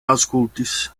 aŭskultis